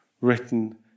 written